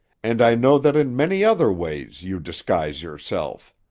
and i know that in many other ways you disguise yourself.